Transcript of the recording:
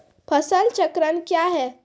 फसल चक्रण कया हैं?